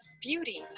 beauty